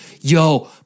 yo